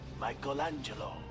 Michelangelo